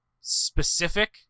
specific